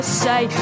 say